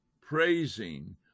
praising